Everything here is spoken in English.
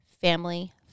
family